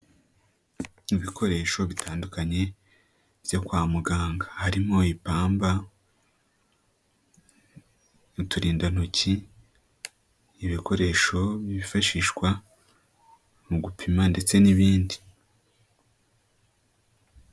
Ibikoresho bitandukanye byo kwa muganga harimo ipamba, uturindantoki, ibikoresho bifashishwa mu gupima ndetse n'ibindi.